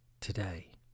today